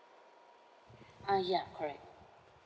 ah ya correct